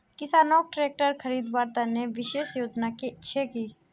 किसानोक ट्रेक्टर खरीदवार तने विशेष योजना छे कि?